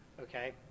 okay